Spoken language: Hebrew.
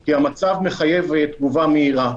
כי המצב מחייב תגובה מהירה,